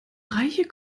reiche